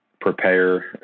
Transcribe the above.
prepare